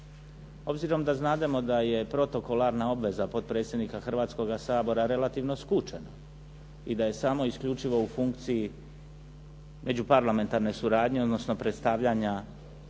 Obzirom da znademo da je protokolarna obveza potpredsjednika Hrvatskoga sabora relativno skučena i da je samo isključivo u funkciji međuparlamentarne suradnje, odnosno predstavljanja